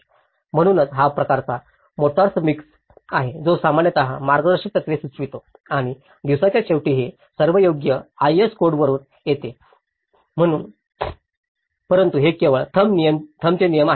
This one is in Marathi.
म्हणूनच हा एक प्रकारचा मोर्टार मिक्स आहे जो सामान्यत मार्गदर्शक तत्त्वे सुचवितो आणि दिवसाच्या शेवटी हे सर्व योग्य आयएस कोडवरून येत आहेत परंतु हे केवळ थम्ब चे नियम आहेत